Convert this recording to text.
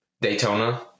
Daytona